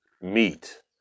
meat